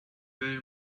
very